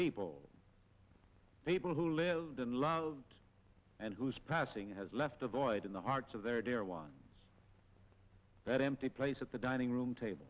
people people who lived in love and whose passing has left a void in the hearts of their dear ones that empty place at the dining room table